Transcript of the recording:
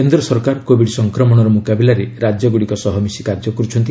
କେନ୍ଦ୍ର ସରକାର କୋବିଡ୍ ସଂକ୍ରମଣର ମୁକାବିଲାରେ ରାଜ୍ୟଗୁଡ଼ିକ ସହ ମିଶି କାର୍ଯ୍ୟ କରୁଛନ୍ତି